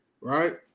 right